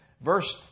Verse